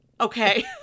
Okay